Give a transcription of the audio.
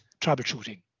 troubleshooting